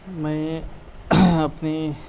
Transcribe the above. میں اپنی